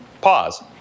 Pause